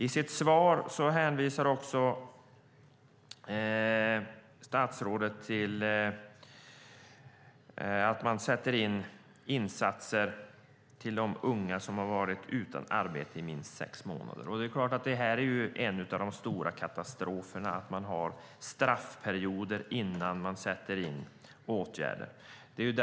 I sitt svar hänvisar statsrådet också till att man sätter in insatser för de unga som varit utan arbete i minst sex månader. En av de stora katastroferna är just att man har en straffperiod innan åtgärder sätts in.